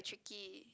chicky